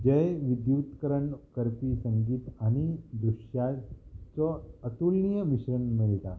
जंय विद्युत्करण करपी संगीत आनी दृश्याचो अतुलनीय मिश्रण मेळटा